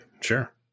Sure